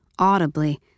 audibly